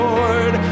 Lord